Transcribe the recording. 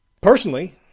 Personally